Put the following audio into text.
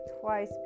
twice